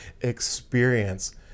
experience